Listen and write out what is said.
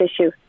issue